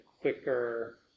quicker